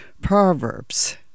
proverbs